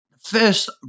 first